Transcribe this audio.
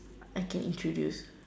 I can introduce